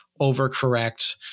overcorrect –